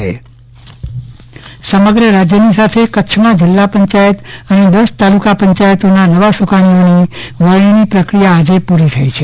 ચંદ્રવદન પટ્ટણી પંચાયત પદાધિકારીઓ સમગ્ર રાજ્યની સાથે કચ્છમાં જિલ્લા પંચાયત અનેદસ તાલુકા પંચાયતોના નવાસુકાનીઓની વરણી પ્રક્રિયા આજે પુરી થઈ છે